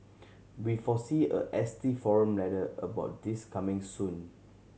we foresee a S T forum letter about this coming soon